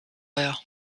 vaja